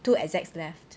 two executives left